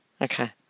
Okay